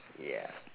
ya